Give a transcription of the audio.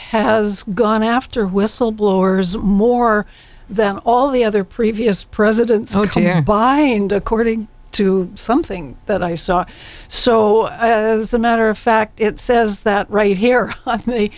has gone after whistleblowers more than all the other previous presidents by and according to something that i saw so as a matter of fact it says that right here